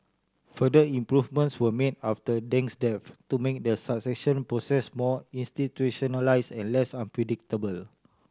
further improvements were made after Deng's death to make the succession process more institutionalise and less unpredictable